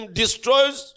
destroys